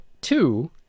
two